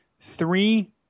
Three